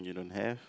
you don't have